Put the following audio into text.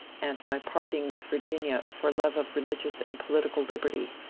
and my parting with virginia for love of religious and political liberty,